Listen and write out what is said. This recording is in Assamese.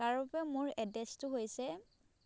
তাৰ বাবে মোৰ এড্ৰেচটো হৈছে